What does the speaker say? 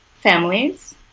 families